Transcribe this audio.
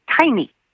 tiny